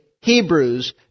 Hebrews